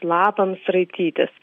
lapams raitytis